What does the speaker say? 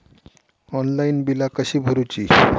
Online बिला कशी भरूची?